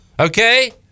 okay